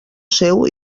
seu